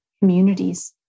communities